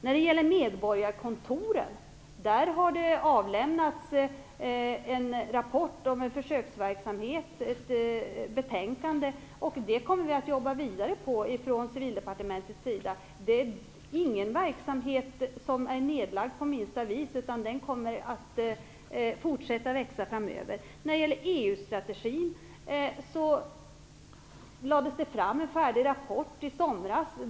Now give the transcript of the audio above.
När det gäller medborgarkontoren vill jag säga att det har avlämnats en rapport om en försöksverksamhet - ett betänkande - och vi kommer att jobba vidare med detta från Civildepartementets sida. Verksamheten är inte på minsta vis nedlagd. Den kommer att fortsätta växa framöver. När det gäller EU-strategin vill jag säga att det lades fram en färdig rapport i somras.